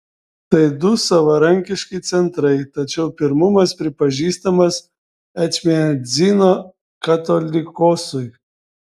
tai du savarankiški centrai tačiau pirmumas pripažįstamas ečmiadzino katolikosui